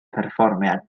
perfformiad